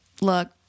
look